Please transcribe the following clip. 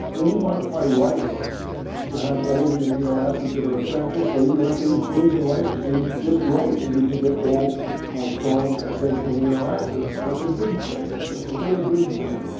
when you modify rice to have all of the amino acids that are essential so that you don't have to eat beans and rice. you can eat just rice and you can get all twelve essential amino acids, that's a good thing. that's a very good thing.